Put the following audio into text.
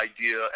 idea